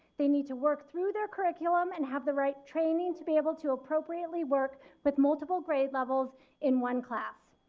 they need to work through their curriculum and have the right training to be able to appropriately work with multiple grade levels in one class.